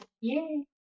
Yay